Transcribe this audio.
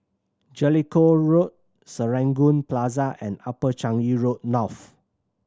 Jellicoe Road Serangoon Plaza and Upper Changi Road North